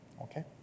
Okay